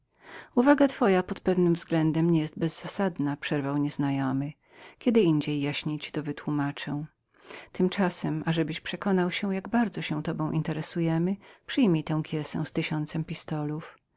uwaga twoja pod pewnym względem nie jest bezzasadną przerwał nieznajomy później jaśniej ci ją wytłumaczę tymczasem ażebyś przekonał się jak dalece się tobą zajmujemy przyjmij tę kiesę z tysiącem pistolów